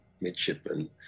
midshipman